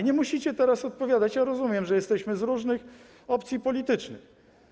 Nie musicie teraz odpowiadać, ja rozumiem że jesteśmy z różnych opcji politycznych.